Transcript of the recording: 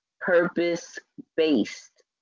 purpose-based